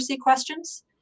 questions